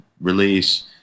release